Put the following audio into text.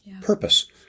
Purpose